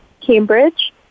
Cambridge